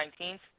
19th